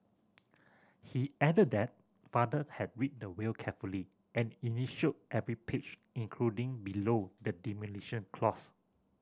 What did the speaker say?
he added that father had read the will carefully and initialled every page including below the demolition clause